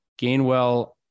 Gainwell –